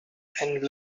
and